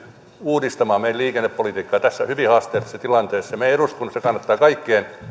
uudistamaan meidän liikennepolitiikkaamme tässä hyvin haasteellisessa tilanteessa meidän eduskunnassa kannattaa kaikkien